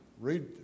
Read